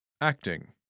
Acting